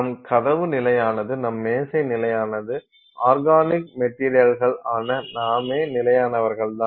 நம் கதவு நிலையானது நம் மேசை நிலையானது ஆர்கானிக் மெட்டீரியல்கள் ஆன நாமே நிலையானவர்கள் தான்